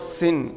sin